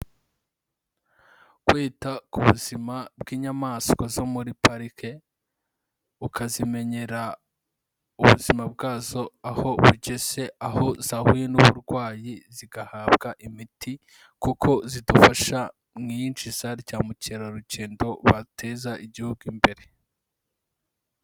Kwita ku buzima bw'inyamaswa zo muri parike, ukazimenyera ubuzima bwazo aho bugeze aho zahuye n'uburwayi zigahabwa imiti kuko zidufasha mu iyinjiza rya mukerarugendo Wateza igihugu imbere.